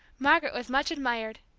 margaret was much admired,